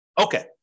Okay